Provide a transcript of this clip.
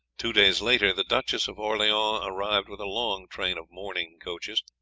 two days later the duchess of orleans arrived with a long train of mourning coaches.